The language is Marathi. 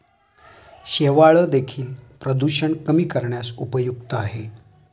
शेवाळं देखील प्रदूषण कमी करण्यास उपयुक्त आहे